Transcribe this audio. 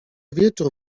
wieczór